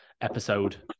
episode